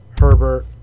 Herbert